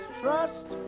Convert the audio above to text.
trust